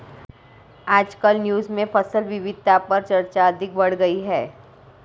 आजकल न्यूज़ में फसल विविधता पर चर्चा अधिक बढ़ गयी है